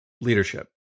leadership